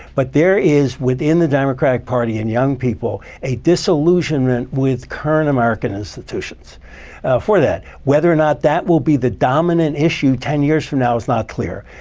but there is, within the democratic party and young people, a disillusionment with current american institutions for that. whether or not that will be the dominant issue ten years from now is not not clear.